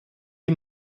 die